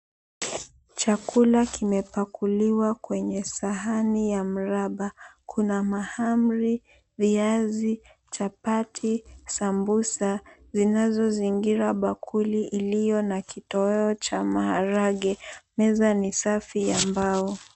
Chakula kimepakuliwa kwenye sahani ya mraba kuna mahamri, viazi, chapati, sambusa zinazozingira bakuli iliyo na kitoweo cha maharangwe, meza ni safi ya mbao.